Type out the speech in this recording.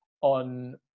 on